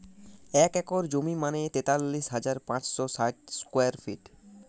এক একর জমি মানে তেতাল্লিশ হাজার পাঁচশ ষাট স্কোয়ার ফিট